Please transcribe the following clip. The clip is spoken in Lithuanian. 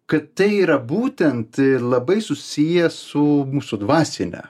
kad tai yra būtent labai susiję su mūsų dvasine